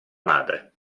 madre